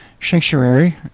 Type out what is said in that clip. sanctuary